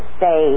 say